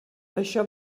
això